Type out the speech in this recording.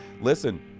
Listen